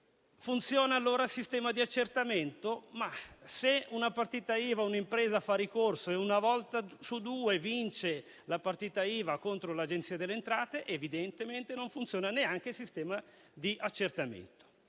Funziona allora il sistema di accertamento? Se una partita IVA o un'impresa fa ricorso e una volta su due vince la partita IVA contro l'Agenzia delle entrate, evidentemente non funziona neanche il sistema di accertamento.